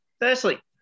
Firstly